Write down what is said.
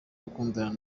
gukundana